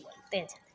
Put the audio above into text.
बोलिते छथिन